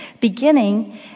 beginning